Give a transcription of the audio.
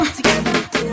Together